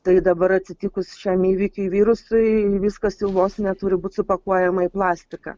tai dabar atsitikus šiam įvykiui virusui viskas jau vos ne turi būt supakuojama į plastiką